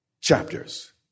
chapters